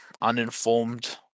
uninformed